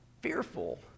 fearful